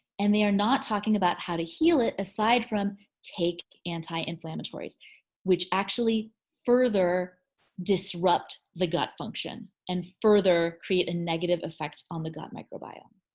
and they are not talking about how to heal it aside from take anti-inflammatories which actually further disrupt the gut function and further create a negative effects on the gut microbiome.